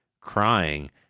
crying